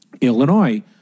Illinois